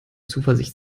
zuversicht